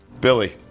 Billy